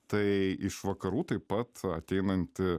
tai iš vakarų taip pat ateinanti